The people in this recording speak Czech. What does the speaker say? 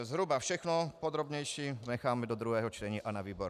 To je zhruba všechno, podrobnější nechám do druhého čtení a na výbor.